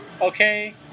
Okay